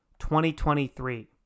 2023